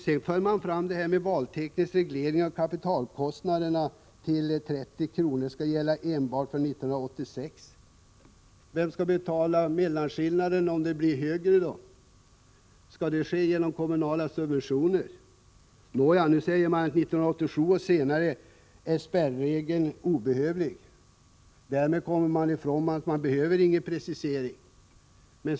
Sedan för man fram frågan om reglering av kapitalkostnaderna och säger att 30 kr. skall gälla enbart för 1986. Men vem skall betala mellanskillnaden om beloppet blir högre? Skall det ske genom kommunala subventioner? Man säger att spärregeln är obehövlig 1987 och senare, och därmed kommer man ifrån kravet på en precisering.